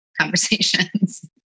conversations